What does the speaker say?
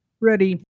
Ready